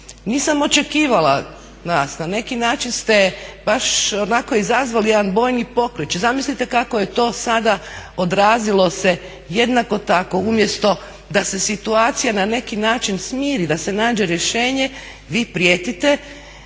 nisam očekivala … na neki način ste baš onako izazvali jedan bojni poklič. Zamislite kako je to sada odrazilo se jednako tako umjesto da se situacija na neki način smiri, da se nađe rješenje, vi prijetite